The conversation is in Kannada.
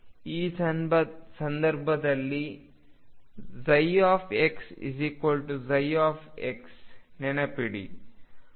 ಈ ಸಂದರ್ಭದಲ್ಲಿ xψ ನೆನಪಿಡಿ